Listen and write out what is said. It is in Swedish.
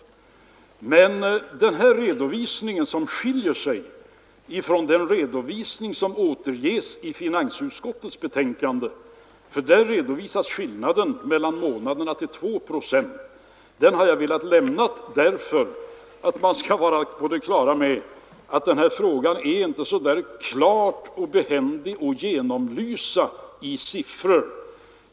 Anledningen till att jag lämnat denna redovisning, som skiljer sig från den som återges i finansutskottets betänkande, där skillnaden mellan de två månaderna anges vara 2 procent, är att jag velat visa att denna fråga inte är så klar och behändig att genomlysa i siffror.